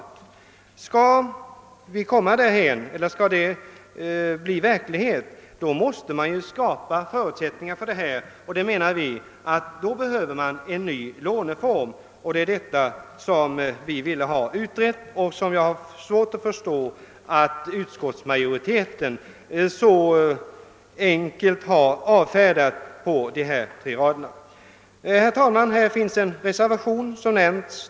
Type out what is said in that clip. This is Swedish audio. Om vi skall kunna komma därhän, måste man också skapa förutsättningar, och då behövs det enligt vårt förmenande en ny låneform. Det är denna fråga vi vill ha utredd, och jag har svårt att förstå att utskottsmajoriteten så enkelt på tre rader har avfärdat vårt förslag. Herr talman!